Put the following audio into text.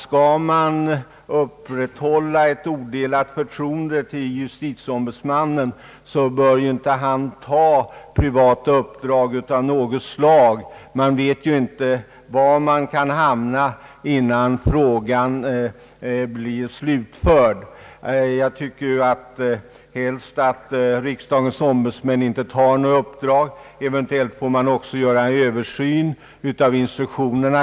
Skall man upprätthålla ett odelat förtroende för justitieombudsmannen, bör han inte ta privata uppdrag av något slag. Man vet ju inte var man kan hamna innan ett ärende är slutbehandlat. Jag såge helst att riksdagens ombudsmän inte tar några uppdrag. Eventuellt får man även göra en Översyn av instruktionerna.